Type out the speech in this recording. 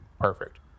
perfect